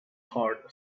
heart